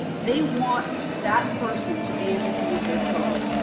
they want that person to be able to use their code.